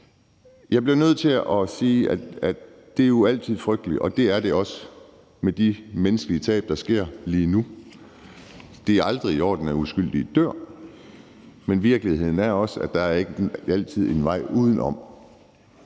bliver jeg nødt til at sige, at det jo altid er frygteligt, og det er det også med de menneskelige tab, der sker lige nu. Det er aldrig i orden, at uskyldige dør. Men virkeligheden er også, at der ikke altid er en vej udenom.